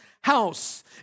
house